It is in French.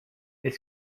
est